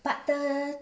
but the